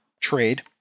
trade